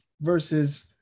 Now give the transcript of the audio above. versus